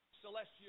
celestial